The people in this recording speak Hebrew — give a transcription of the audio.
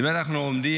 אתה יודע, אנחנו עומדים